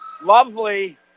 Lovely